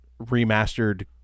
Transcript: remastered